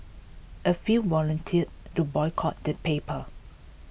a few volunteered to boycott the paper